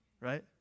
right